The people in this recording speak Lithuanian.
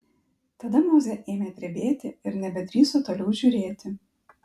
tada mozė ėmė drebėti ir nebedrįso toliau žiūrėti